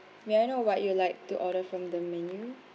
may I know what you would like to order from the menu